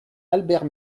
albert